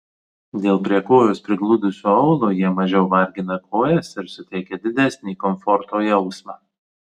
dėl prie kojos prigludusio aulo jie mažiau vargina kojas ir suteikia didesnį komforto jausmą